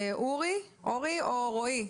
אורי או רועי?